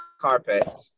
carpet